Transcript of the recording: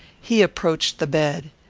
he approached the bed.